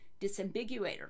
disambiguator